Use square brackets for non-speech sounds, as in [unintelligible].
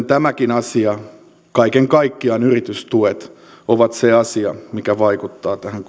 [unintelligible] tämäkin asia ja kaiken kaikkiaan yritystuet ovat se asia mikä vaikuttaa tähän [unintelligible]